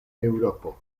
eŭropo